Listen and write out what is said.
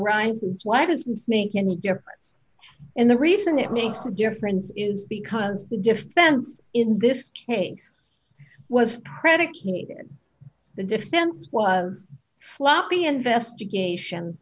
arises why doesn't make any difference in the reason it makes a difference because the defense in this case was credit the defense was sloppy investigation